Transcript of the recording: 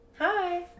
hi